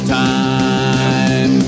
time